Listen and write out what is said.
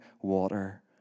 water